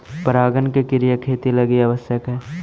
परागण के क्रिया खेती लगी आवश्यक हइ